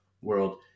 world